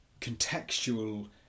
contextual